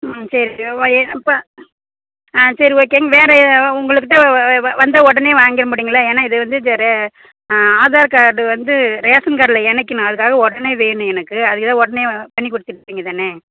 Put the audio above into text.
ம் சரி இப்போ ஆ சரி ஓகேங்க வேறு உங்கக்கிட்ட வந்த உடனே வாங்கிட முடியும்ங்களா ஏன்னா இது வந்து ஆதார் கார்டு வந்து ரேஷன் கார்டில் இணைக்கணும் அதுக்காக உடனே வேணும் எனக்கு அதுக்கு தான் உடனே பண்ணிக் கொடுத்துருவிங்க தானே